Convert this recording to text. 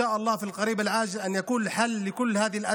רשות מקרקעי ישראל הורסת את הבתים בתל ערד,